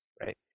right